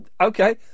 okay